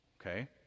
okay